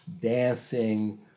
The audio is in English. dancing